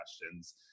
questions